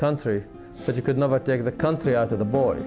country but you could never take the country out of the